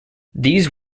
these